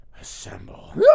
Assemble